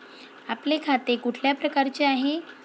आपले खाते कुठल्या प्रकारचे आहे?